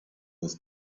was